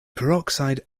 peroxide